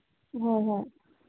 ꯍꯣꯏ ꯍꯣꯏ